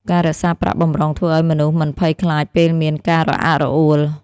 ការរក្សាប្រាក់បម្រុងធ្វើឱ្យមនុស្សមិនភ័យខ្លាចពេលមានការរអាក់រអួល។